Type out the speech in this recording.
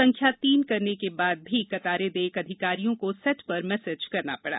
संख्या तीन करने के बाद भी कतारें देख अधिकारियों को सेट पर मैसेज करना पड़ा